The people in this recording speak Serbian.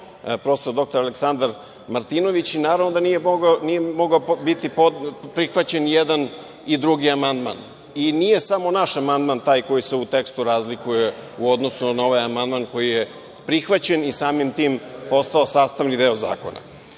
prof. dr Aleksandar Martinović i naravno da nije mogao biti prihvaćen i jedan i drugi amandman. Nije samo naš amandman taj koji se u tekstu razlikuje u odnosu na ovaj amandman koji je prihvaćen i samim tim postao sastavni deo zakona. Što